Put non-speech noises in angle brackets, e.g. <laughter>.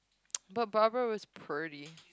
<noise> but Barbara was pretty